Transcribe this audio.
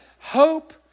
hope